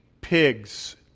pigs